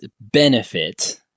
benefit